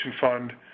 Fund